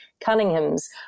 Cunningham's